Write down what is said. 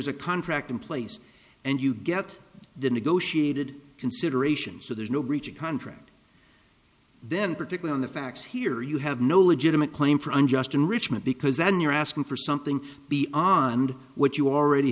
's a contract in place and you get the negotiated consideration so there's no breach of contract then particular on the facts here you have no legitimate claim for unjust enrichment because then you're asking for something beyond what you already